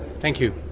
thank you.